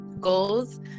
goals